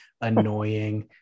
annoying